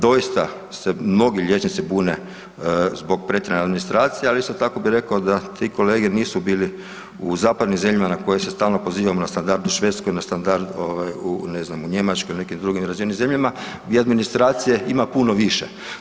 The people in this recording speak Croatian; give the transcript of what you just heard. Doista se mnogi liječnici bune zbog pretjerane administracije, ali isto tako bi rekao da ti kolege nisu bili u zapadnim zemljama na koje se stalno pozivamo na standard u Švedskoj, na standard ovaj u ne znam u Njemačkoj i u nekim drugim razvijenim zemljama gdje administracije ima puno više.